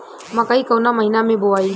मकई कवना महीना मे बोआइ?